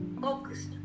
focused